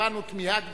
הבענו תמיהה גדולה.